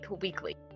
Weekly